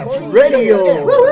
Radio